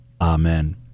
Amen